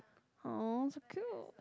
!aww! so cute